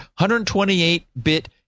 128-bit